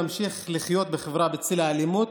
נמשיך לחיות בחברה בצל האלימות